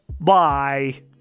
Bye